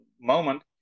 moment